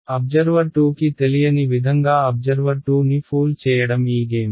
కాబట్టి అబ్జర్వర్ 2 కి తెలియని విధంగా అబ్జర్వర్ 2 ని ఫూల్ చేయడం ఈ గేమ్